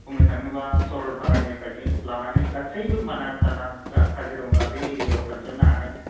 बुंनो थाङोब्ला सरलफारा निफ्रायनो लानानै गासैबो मानास थानास काजिरङा बे एरिया आव थांजोब नो हागोन